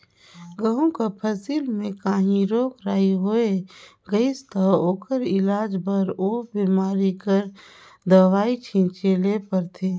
गहूँ कर फसिल में काहीं रोग राई होए गइस ता ओकर इलाज बर ओ बेमारी कर दवई छींचे ले परथे